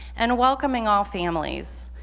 and welcoming all families